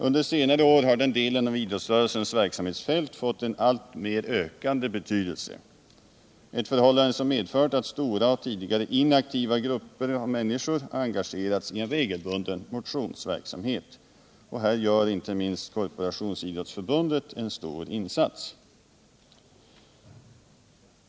Under senare år har den delen av idrottsrörelsens verksamhetsfält fått en alltmer ökande betydelse, ett förhållande som medfört att stora och tidigare inaktiva grupper av människor engagerats i en regelbunden motionsverksamhet. Här gör inte minst Korporationsidrottsförbundet en stor insats.